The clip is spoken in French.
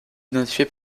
identifié